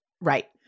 right